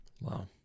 Wow